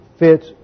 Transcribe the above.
fits